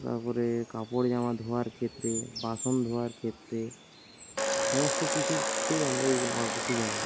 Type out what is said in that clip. তারপরে কাপড়জামা ধোয়ার ক্ষেত্রে বাসন ধোয়ার ক্ষেত্রে সমস্ত কিছুতেই আমরা এই নলকূপটি ব্যবহার করি